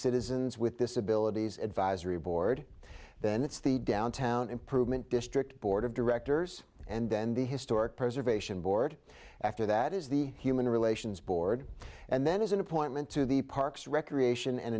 citizens with disabilities advisory board then it's the downtown improvement district board of directors and then the historic preservation board after that is the human relations board and then is an appointment to the parks recreation and